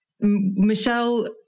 Michelle